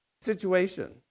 situation